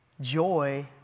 joy